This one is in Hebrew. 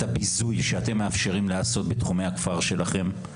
הביזוי שאתם מאפשרים להיעשות בתחומי הכפר שלכם,